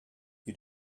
you